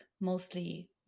mostly